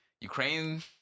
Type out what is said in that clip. Ukraine